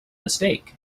mistake